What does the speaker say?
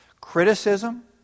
criticism